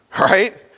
right